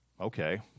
Okay